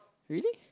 really